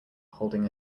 holding